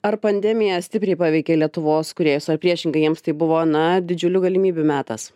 ar pandemija stipriai paveikė lietuvos kūrėjus ar priešingai jiems tai buvo na didžiulių galimybių metas